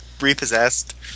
repossessed